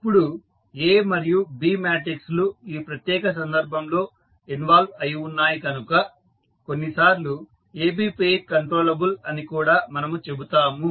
ఇప్పుడు A మరియు B matrix లు ఈ ప్రత్యేక సందర్భంలో ఇన్వాల్వ్ అయి ఉన్నాయి కనుక కొన్నిసార్లు AB పెయిర్ కంట్రోలబుల్ అని కూడా మనము చెబుతాము